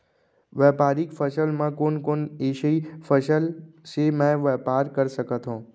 व्यापारिक फसल म कोन कोन एसई फसल से मैं व्यापार कर सकत हो?